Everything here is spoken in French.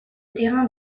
terrains